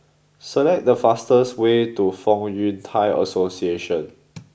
select the fastest way to Fong Yun Thai Association